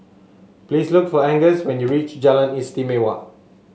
please look for Angus when you reach Jalan Istimewa